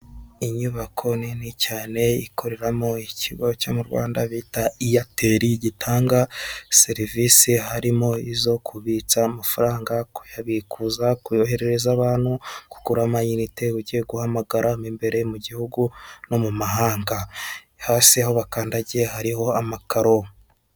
Inyubako nini cyane ikoreramo ikigo cyo mu Rwanda bita eyateri, gitanga serivise harimo izo kubitsa amafaranga, kuyabikuza, koherereza abantu, kugura amayinite ugiye guhamagara imbere mu gihugu no mu mahanga, hasi aho bakandagiye hariho amakaro.